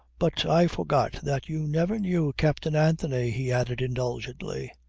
but i forgot that you never knew captain anthony, he added indulgently.